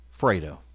Fredo